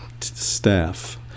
staff